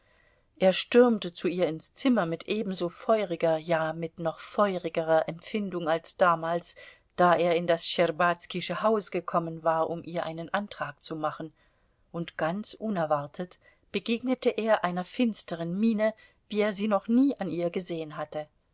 er stürmte zu ihr ins zimmer mit ebenso feuriger ja mit noch feurigerer empfindung als damals da er in das schtscherbazkische haus gekommen war um ihr einen antrag zu machen und ganz unerwartet begegnete er einer finsteren miene wie er sie noch nie an ihr gesehen hatte